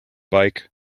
bike